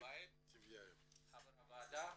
טיבייב חבר הועדה,